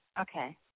okay